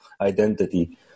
identity